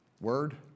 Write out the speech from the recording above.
Word